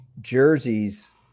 jerseys